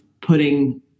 putting